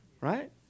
Right